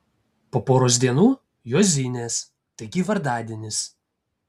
po poros dienų juozinės taigi vardadienis